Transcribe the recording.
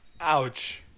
Ouch